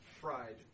fried